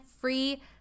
free